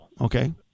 Okay